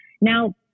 Now